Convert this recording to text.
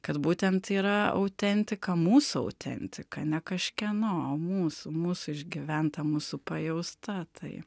kad būtent yra autentika mūsų autentika ne kažkieno o mūsų mūsų išgyventa mūsų pajausta tai